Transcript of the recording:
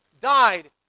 died